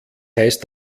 heißt